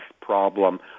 problem